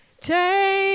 Take